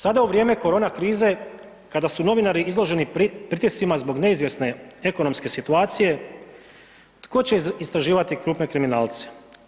Sada u vrijeme korona krize kada su novinari izloženi pritiscima zbog neizvjesne ekonomske situacije, tko će istraživati krupne kriminalce?